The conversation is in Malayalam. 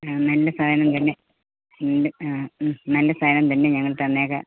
അ നല്ല സാധനം തന്നെ നല്ല അ നല്ല സാധനം തന്നെ ഞങ്ങൾ തന്നേക്ക